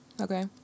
Okay